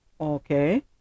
Okay